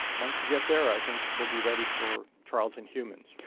once we get there i think we'll be ready for trials in humans.